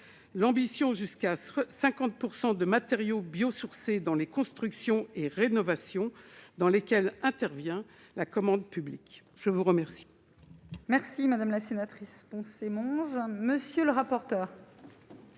l'ambition jusqu'à 50 % de matériaux biosourcés dans les constructions et rénovations dans lesquels intervient la commande publique, je vous remercie. Merci madame la sénatrice poncer Mongin, monsieur le rapporteur.